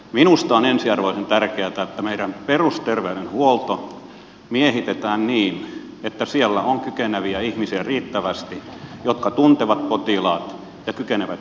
minusta on ensiarvoisen tärkeätä että meidän perusterveydenhuoltomme miehitetään niin että siellä on riittävästi kykeneviä ihmisiä jotka tuntevat potilaat ja kykenevät tekemään tämän arvioinnin